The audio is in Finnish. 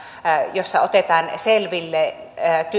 jossa otetaan selville